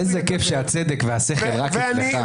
איזה כיף שהצדק והשכל רק אצלך.